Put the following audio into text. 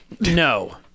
No